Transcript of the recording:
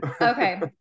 Okay